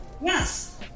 Yes